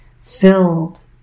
filled